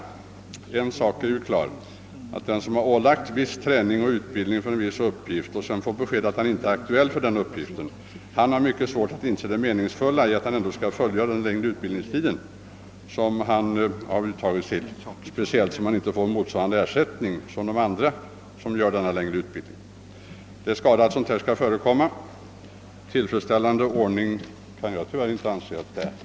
Ja, en sak är klar, nämligen att den, som har ålagts träning och utbildning för en viss uppgift och sedan får beskedet att han inte är aktuell för den uppgiften, har mycket svårt att inse det meningsfulla i att han ändå skall fullfölja den längre utbildningstid han uttagits att fullgöra, speciellt som han inte får samma ersättning som andra vilka fullgör denna längre utbildning. Det är skada att sådant här skall kunna förekomma. Jag kan inte anse att det är en tillfredsställande ordning.